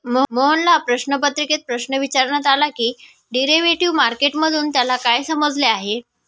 मोहनला प्रश्नपत्रिकेत प्रश्न विचारण्यात आला की डेरिव्हेटिव्ह मार्केट मधून त्याला काय समजले आहे?